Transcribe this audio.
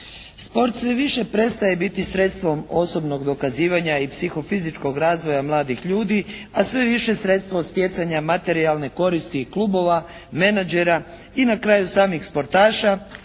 Sport sve više prestaje biti sredstvom osobnog dokazivanja i psihofizičkog razvoja mladih ljudi, a sve više sredstvo stjecanja materijalne koristi klubova, menadžera i na kraju samih sportaša,